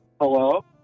Hello